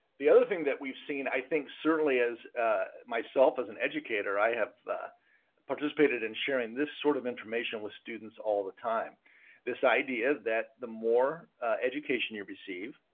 the other thing that we've seen, i think certainly as myself as an educator i have and participated in sharing this sort of information with students all the time this idea that the more education you receive,